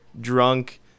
drunk